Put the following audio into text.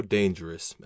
dangerous